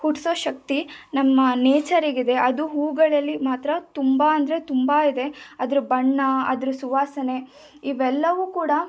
ಹುಟ್ಟಿಸೋ ಶಕ್ತಿ ನಮ್ಮ ನೇಚರಿಗಿದೆ ಅದು ಹೂಗಳಲ್ಲಿ ಮಾತ್ರ ತುಂಬ ಅಂದರೆ ತುಂಬ ಇದೆ ಅದರ ಬಣ್ಣ ಅದರ ಸುವಾಸನೆ ಇವೆಲ್ಲವೂ ಕೂಡ